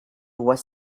was